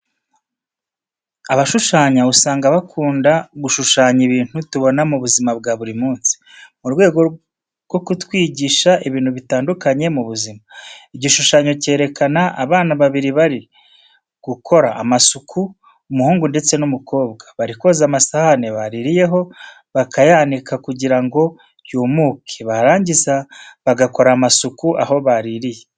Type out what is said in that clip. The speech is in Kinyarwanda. Abashushanya usanga bakunda gushushanya ibintu tubona mu buzima bwa buri munsi, mu rwego rwo kutwigisha ibintu bitandukanye mu buzima. Igishushanyo cyerekana abana babiri bari gukora amasuku, umuhungu, ndetse n'umukobwa. Bari koza amasahane bariririyeho bakayanika kugira ngo yumuke, barangiza bagakora amasuku aho baririye.